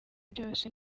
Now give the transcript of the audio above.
byose